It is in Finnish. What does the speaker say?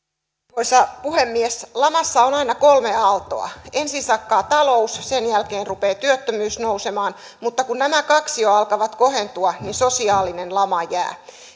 arvoisa puhemies lamassa on aina kolme aaltoa ensin sakkaa talous sen jälkeen rupeaa työttömyys nousemaan mutta kun nämä kaksi jo alkavat kohentua niin sosiaalinen lama jää